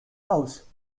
house